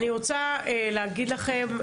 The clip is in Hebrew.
אני רוצה להגיד לכם,